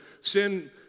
sin